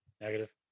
Negative